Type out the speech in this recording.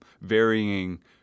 varying